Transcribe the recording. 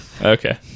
Okay